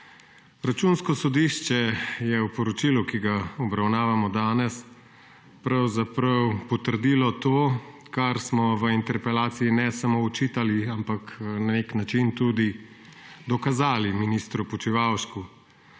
Računsko sodišče je v poročilu, ki ga obravnavamo danes, pravzaprav potrdilo to, kar smo v interpelaciji ne samo očitali, ampak na nek način tudi dokazali ministru Počivalšku.